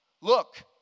Look